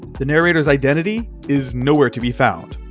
the narrator's identity is nowhere to be found.